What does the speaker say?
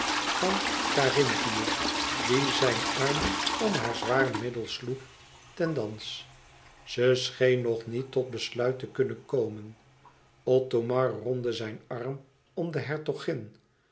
van karinthië die zijn arm om haar zwaar middel sloeg ten dans ze scheen nog niet tot besluit te kunnen komen othomar rondde zijn arm om de hertogin